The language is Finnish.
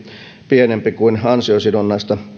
pienempi kuin ansiosidonnaista